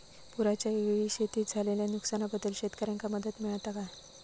पुराच्यायेळी शेतीत झालेल्या नुकसनाबद्दल शेतकऱ्यांका मदत मिळता काय?